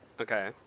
okay